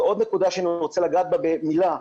עוד נקודה שאני רוצה לגעת בה במילה.